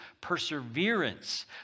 perseverance